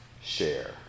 share